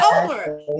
over